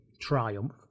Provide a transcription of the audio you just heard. triumph